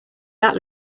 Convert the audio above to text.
that